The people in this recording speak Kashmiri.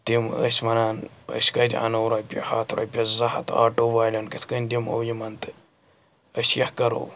تِم ٲسۍ وَنان أسۍ کَتہِ اَنو رۄپیہِ ہَتھ رۄپیَس زٕ ہَتھ آٹوٗ والٮ۪ن کِتھ کٔنۍ دِمو یِمَن تہٕ أسۍ کیٛاہ کَرو